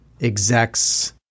execs